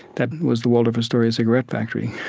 that was the waldorf astoria cigarette factory,